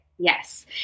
Yes